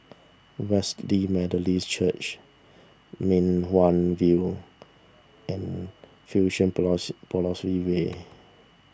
Wesley Methodist Church Mei Hwan View and Fusionopolis way Way